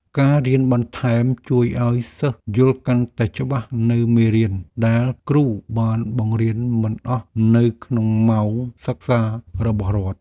ការរៀនបន្ថែមជួយឱ្យសិស្សយល់កាន់តែច្បាស់នូវមេរៀនដែលគ្រូបានបង្រៀនមិនអស់នៅក្នុងម៉ោងសិក្សារបស់រដ្ឋ។